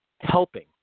helping